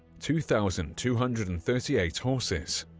two thousand two hundred and thirty eight horses,